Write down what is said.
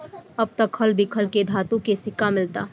अब त खल बिखल के धातु के सिक्का मिलता